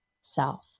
self